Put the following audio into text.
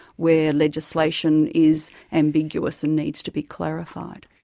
where legislation is ambiguous and needs to be clarified.